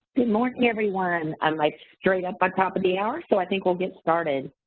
good morning, everyone. i'm like straight up on top of the hour, so i think we'll get started.